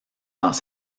dans